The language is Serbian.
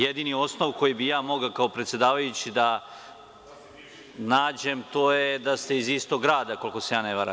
Jedini osnov koji bi ja mogao kao predsedavajući da nađem, to je da ste iz istog grada, ukoliko se ja ne varam.